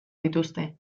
dituzte